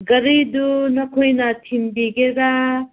ꯒꯥꯔꯤꯗꯨ ꯅꯈꯣꯏꯅ ꯊꯤꯟꯕꯤꯒꯦꯔꯥ